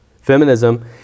Feminism